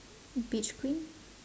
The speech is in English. beach queen